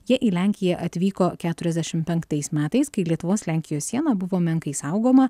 jie į lenkiją atvyko keturiasdešim penktais metais kai lietuvos lenkijos siena buvo menkai saugoma